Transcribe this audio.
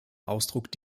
ausdruck